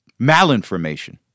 malinformation